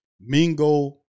Mingo